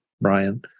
Brian